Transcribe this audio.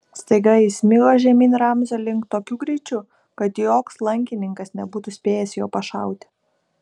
staiga jis smigo žemyn ramzio link tokiu greičiu kad joks lankininkas nebūtų spėjęs jo pašauti